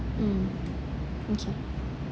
mm okay